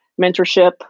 mentorship